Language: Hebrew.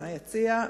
ביציע,